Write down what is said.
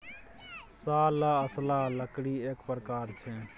साल आ असला लकड़ीएक प्रकार छै